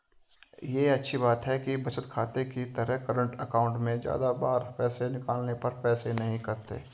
ये अच्छी बात है कि बचत खाते की तरह करंट अकाउंट में ज्यादा बार पैसे निकालने पर पैसे नही कटते है